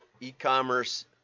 e-commerce